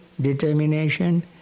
determination